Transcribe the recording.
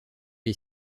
est